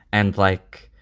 and like,